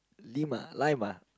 lima lima